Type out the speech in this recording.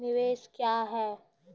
निवेश क्या है?